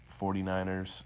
49ers